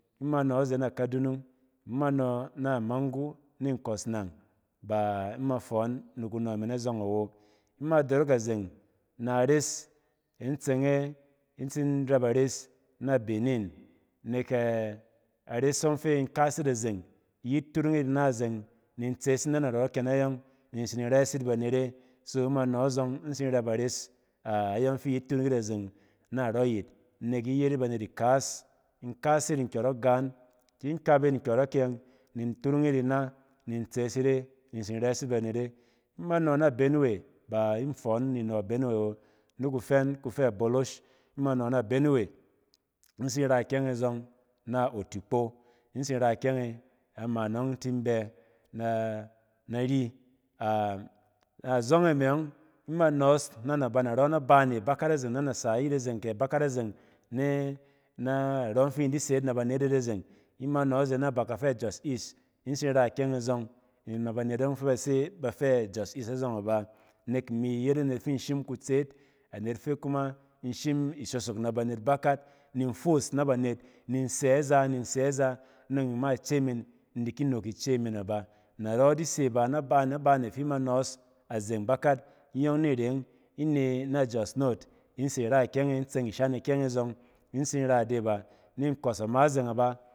Ima nↄ aze na kaduna, ima nↄ na mangu ni nkↄs nang ba ima fↄↄn ni kunↄ min azↄng awo. Ima dook a zeng na ares in tseng e in tsin rɛp ares na benin, nek ɛ-ares ↄng fi in kas yit azeng, iyit turung yit ina zeng ni in tsees it na narↄkɛ na yↄng ni in tsi nin rɛs yit banet e. so ima nↄ azↄng in tsin rɛp aes a-agↄng fi iyit tuung yit azeng narↄ yit, nek iyit yet yit banet ikas. In kas yit nkyↄrↄk gaan, ki in kap yit nkyↄrↄk ↄng ni in turung yit ina ni in tsees yit e ni in tsin rɛs yit banet e. Ima nↄ na benue, ba in fↄↄn ni nↄ benue awo. Niku fɛn kufɛ bolosh, ima nↄ na benue in tsin ra kyɛnge zↄng na otukpo. In tsin ra kyɛng e na ma nↄng in tin bɛ ɛ nari. A azↄng e m yↄng ima nↄↄs na na ban narↄ na bane bakat azeng nɛ-nɛ-narↄng fi in di se yit na banet yit azeng. Ima nↄ aze na bak kafɛ jos east i tsin ra ikyɛng e zↄng imi na banet ↄng fɛ ba se bafɛ a jos east a zↄng aba. Nek imi yet anet fi in shim kutseet, anet fɛ kuma in shim isosok na banet bakat nin foos na banet, nin sɛ aza, nin sɛ aza nↄng imi ma ice min, in di nan ok ice min aba. Narↄ di se ba naban-nabane fi ima nↄↄs a zeng bakat. iyↄng ni re yↄng in ne na jos north in tsira kyɛng e, in tseng ishan ikyɛng e zↄng in tsin ra ide ba. In tsin ra ide ba ni nkↄs ama zeng aba.